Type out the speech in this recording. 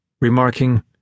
remarking